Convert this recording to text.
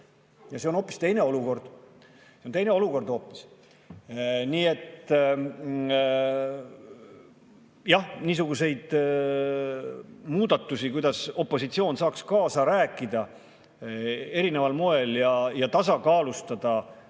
Ja see on hoopis teine olukord, see on teine olukord. Jah, niisuguseid muudatusi, kuidas opositsioon saaks kaasa rääkida erineval moel ja tasakaalustada